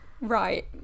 Right